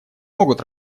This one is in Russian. могут